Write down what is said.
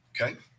Okay